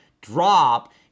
drop